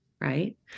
Right